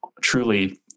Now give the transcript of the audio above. truly